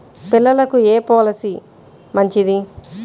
పిల్లలకు ఏ పొలసీ మంచిది?